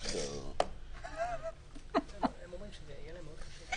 הוקמו המלוניות,